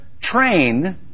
train